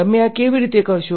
તમે આ કેવી રીતે કરશો